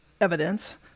evidence